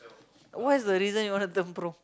what's the reason you want to turn pro